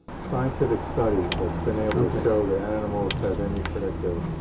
scientific study that's been able to show that animals have any predictive